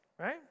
right